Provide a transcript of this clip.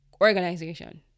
organization